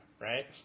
right